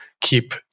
keep